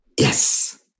yes